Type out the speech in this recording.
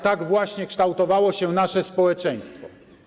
Tak właśnie kształtowało się nasze społeczeństwo.